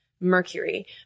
mercury